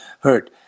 hurt